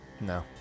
No